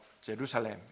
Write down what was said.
Jerusalem